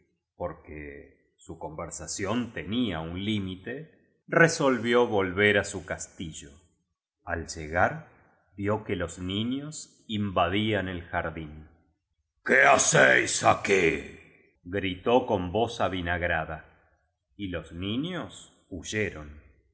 porque su conversación tenía un limite resolvió volver á su castillo al llegar víó que los niños invadían el jardín qué hacéis aquí gritó con voz avinagrada v los niños huyeron